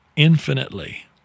Infinitely